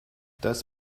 das